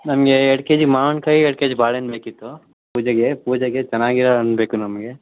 ನನಗೆ ಎರಡು ಕೆಜಿ ಮಾವಿನಕಾಯಿ ಎರಡು ಕೆಜಿ ಬಾಳೆಣ್ಣು ಬೇಕಿತ್ತು ಪೂಜೆಗೆ ಪೂಜೆಗೆ ಚೆನ್ನಾಗಿರೋ ಹಣ್ ಬೇಕು ನಮಗೆ